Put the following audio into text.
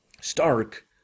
Stark